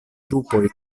trupoj